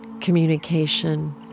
communication